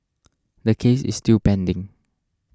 the case is still pending